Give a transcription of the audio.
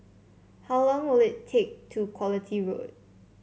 how long will it take to Quality Road